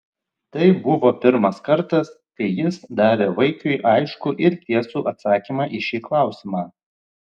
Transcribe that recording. tai buvo pirmas kartas kai jis davė vaikiui aiškų ir tiesų atsakymą į šį klausimą